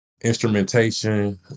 instrumentation